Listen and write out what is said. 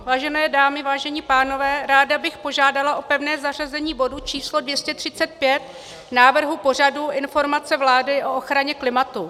Vážené dámy, vážení pánové, ráda bych požádala o pevné zařazení bodu číslo 235 návrhu pořadu Informace vlády o ochraně klimatu.